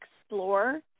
explore